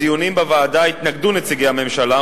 בדיונים בוועדה התנגדו נציגי הממשלה,